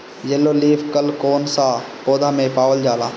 Yellow leaf curl कौन सा पौधा में पावल जाला?